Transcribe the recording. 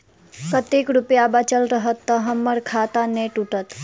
कतेक रुपया बचल रहत तऽ हम्मर खाता नै टूटत?